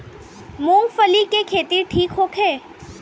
मूँगफली के खेती ठीक होखे?